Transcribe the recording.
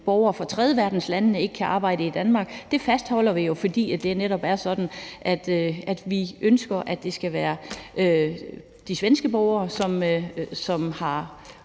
borgere fra tredjeverdenslande ikke kan arbejde i Danmark. Det fastholder vi jo, fordi det netop er sådan, at vi ønsker, at det skal være de svenske borgere, som har